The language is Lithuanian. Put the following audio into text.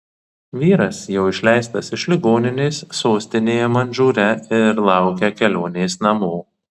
vyras jau išleistas iš ligoninės sostinėje madžūre ir laukia kelionės namo